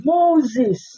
Moses